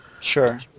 Sure